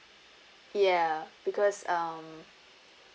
ya because um